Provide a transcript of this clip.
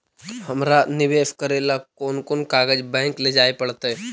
हमरा निवेश करे ल कोन कोन कागज बैक लेजाइ पड़तै?